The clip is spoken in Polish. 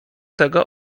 tego